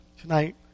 tonight